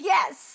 Yes